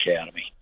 Academy